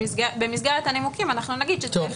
במסגרת הנימוקים אנחנו נגיד שצריך